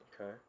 Okay